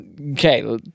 Okay